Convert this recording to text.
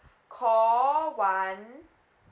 call one